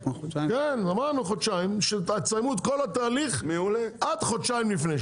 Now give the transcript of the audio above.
אמרנו חודשיים תסיימו את כל התהליך עד חודשיים לפני,